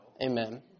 Amen